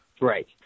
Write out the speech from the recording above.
Right